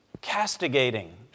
castigating